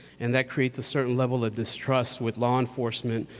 and that creates a certain level of distrust with law enforcement,